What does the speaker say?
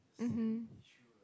mmhmm